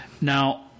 now